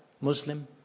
Muslim